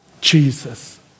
Jesus